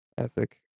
ethic